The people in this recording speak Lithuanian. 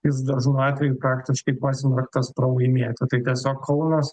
jis dažnu atveju praktiškai pasmerktas pralaimėti tai tiesiog kaunas